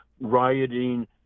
rioting